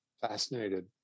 fascinated